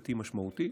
חקיקתי משמעותי,